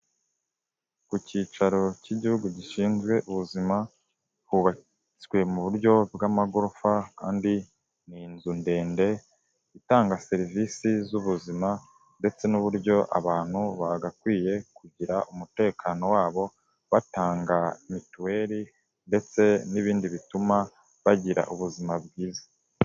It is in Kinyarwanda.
Ku cyicaro cy'igihugu gishinzwe ubuzima, hubatswe mu buryo bw'amagorofa kandi ni inzu ndende itanga serivisi z'ubuzima ndetse n'uburyo abantu bagakwiye kugira umutekano wabo batanga mituweli ndetse n'ibindi bituma bagira ubuzima bwiza.